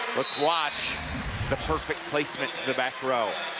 let's watch the perfect placement to the back row.